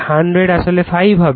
100 আসলে 5 হবে